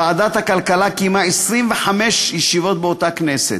ועדת הכלכלה קיימה 25 ישיבות באותה הכנסת,